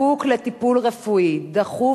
אם נכה זקוק לטיפול רפואי דחוף,